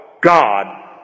God